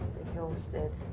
exhausted